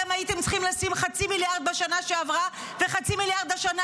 הייתם צריכים לשים חצי מיליארד בשנה שעברה וחצי מיליארד השנה,